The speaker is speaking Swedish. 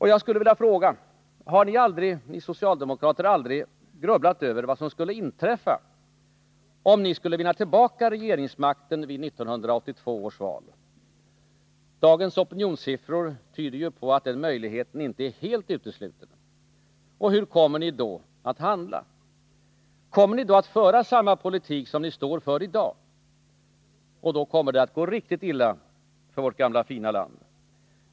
Jag skulle vilja fråga: Har ni socialdemokrater aldrig funderat över vad som skulle inträffa, om ni skulle vinna tillbaka regeringsmakten vid 1982 års val? Dagens opinionssiffror tyder ju på att den möjligheten inte är helt utesluten. Hur kommer ni då att handla? Kommer ni då att föra samma politik som ni står för i dag? Och då kommer det att gå riktigt illa för vårt gamla fina land.